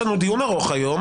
יש לנו דיון ארוך היום.